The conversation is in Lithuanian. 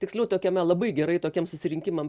tiksliau tokiame labai gerai tokiem susirinkimam